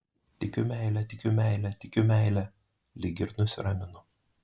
tikiu meile tikiu meile tikiu meile lyg ir nusiraminu